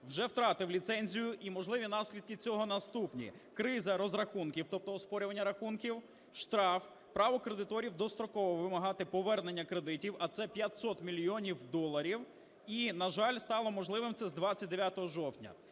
вже втратив ліцензію, і можливі наслідки цього наступні: криза розрахунків, тобто оспорювання рахунків, штраф, право кредиторів достроково вимагати повернення кредитів, а це 500 мільйонів доларів, і, на жаль, стало можливим це з 29 жовтня.